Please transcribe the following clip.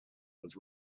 was